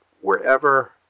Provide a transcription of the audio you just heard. wherever